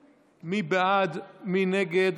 נגד,